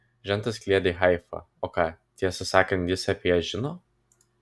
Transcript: žentas kliedi haifa o ką tiesą sakant jis apie ją žino